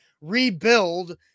Rebuild